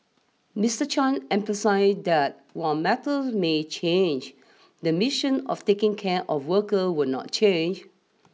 Mister Chan emphasised that while methods may change the mission of taking care of workers will not change